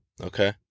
Okay